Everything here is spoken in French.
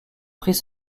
prix